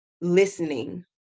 listening